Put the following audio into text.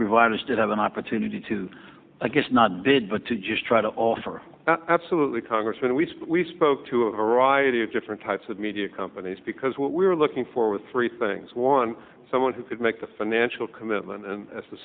providers to have an opportunity to i guess not to just try to offer absolutely congressman we we spoke to a variety of different types of media companies because what we were looking for with three things one someone who could make the financial commitment and as